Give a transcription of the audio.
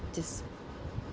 this